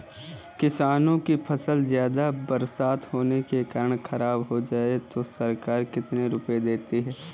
किसानों की फसल ज्यादा बरसात होने के कारण खराब हो जाए तो सरकार कितने रुपये देती है?